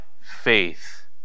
faith